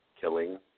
killing